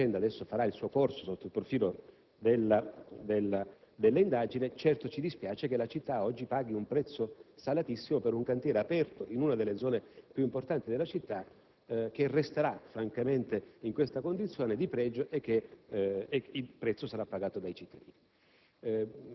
Naturalmente la vicenda adesso farà il suo corso sotto il profilo dell'indagine. Certo, ci dispiace che la città oggi paghi un prezzo salatissimo per un cantiere aperto in una delle zone più importanti, che resterà in questa condizione, e che il prezzo sarà pagato dai cittadini.